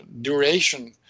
duration